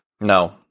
no